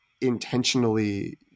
intentionally